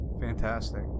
Fantastic